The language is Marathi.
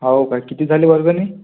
हाव का किती झाली वर्गणी